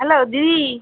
hello দিদি